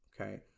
Okay